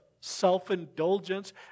self-indulgence